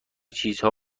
چیزها